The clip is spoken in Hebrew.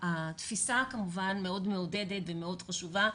התפיסה כמובן מאוד מעודדת ומאוד חשובה,